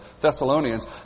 Thessalonians